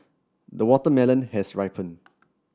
the watermelon has ripened